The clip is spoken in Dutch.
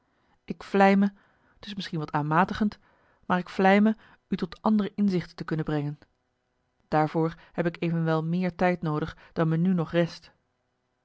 ik vlei me t is misschien wat aanmatigend maar ik vlei me u tot andere inzichten te kunnen brengen daarvoor heb ik evenwel meer tijd noodig dan me nu nog rest